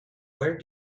where